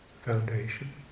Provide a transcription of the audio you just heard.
foundation